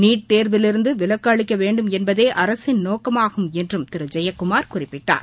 NEET தேர்விலிருந்து விலக்கு அளிக்க வேண்டும் என்பதே அரசின் நோக்கமாகும் என்று திரு ஜெயக்குமார் குறிப்பிட்டார்